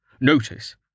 Notice